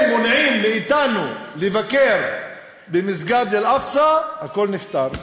אם מונעים מאתנו לבקר במסגד אל-אקצא, הכול נפתר.